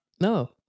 no